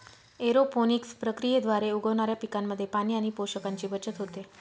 aeroponics प्रक्रियेद्वारे उगवणाऱ्या पिकांमध्ये पाणी आणि पोषकांची बचत होते